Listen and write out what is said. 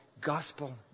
gospel